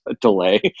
delay